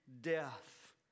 death